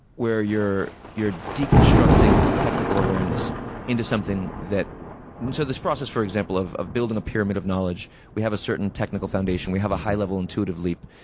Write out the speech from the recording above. where you're you're deconstructing technical awareness into something that so this process, for example, of of building a pyramid of knowledge we have a certain technical foundation, we have a high-level intuitive leap,